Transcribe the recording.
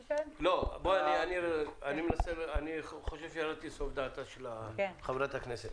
אני חושב שירדתי לסוף דעתה של חברת הכנסת.